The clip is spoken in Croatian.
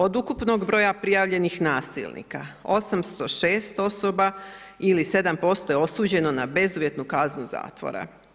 Od ukupnog broja prijavljenih nasilnika, 806 osoba ili 7% je osuđeno na bezuvjetnu kaznu zatvora.